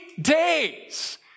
days